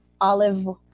Olive